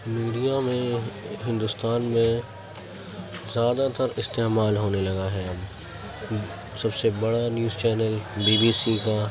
media میں ہندوستان میں زیادہ تر استعمال ہونے لگا ہے سب سے بڑا news channel B B C کا